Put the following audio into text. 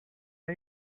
are